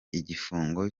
igifungo